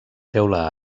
teula